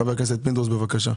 חבר הכנסת פינדרוס, בבקשה.